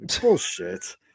Bullshit